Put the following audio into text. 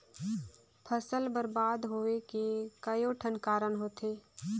फसल बरबाद होवे के कयोठन कारण होथे